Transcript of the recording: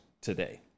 today